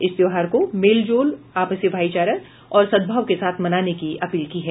इस त्योहार को मेल जोल आपसी भाईचारा और सद्भाव के साथ मनाने की अपील की है